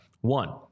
One